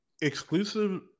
exclusive